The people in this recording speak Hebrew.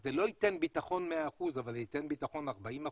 אז זה לא ייתן בטחון של 100% אבל זה ייתן בטחון של 40%,